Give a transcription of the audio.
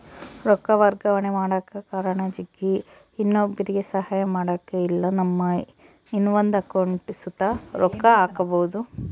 ರೊಕ್ಕ ವರ್ಗಾವಣೆ ಮಾಡಕ ಕಾರಣ ಜಗ್ಗಿ, ಇನ್ನೊಬ್ರುಗೆ ಸಹಾಯ ಮಾಡಕ ಇಲ್ಲಾ ನಮ್ಮ ಇನವಂದ್ ಅಕೌಂಟಿಗ್ ಸುತ ರೊಕ್ಕ ಹಾಕ್ಕ್ಯಬೋದು